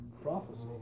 Prophecy